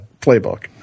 playbook